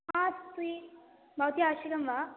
हा स्वी भवत्यै आवश्यकं वा